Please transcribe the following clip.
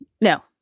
no